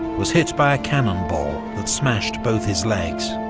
was hit by a cannonball that smashed both his legs.